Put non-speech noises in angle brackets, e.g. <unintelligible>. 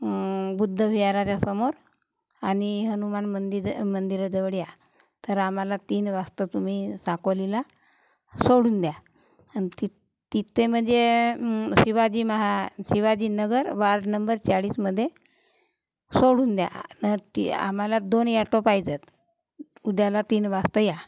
बुद्ध विहाराच्यासमोर आणि हनुमान मंदिर मंदिराजवळ या तर आम्हाला तीन वाजता तुम्ही साकोलीला सोडून द्या ति तिथे म्हणजे शिवाजी महा शिवाजी नगर वार्ड नंबर चाळीसमध्ये सोडून द्या <unintelligible> आम्हाला दोन ॲटो पाहिजेत उद्याला तीन वाजता या